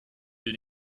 will